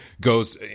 goes